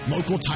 Local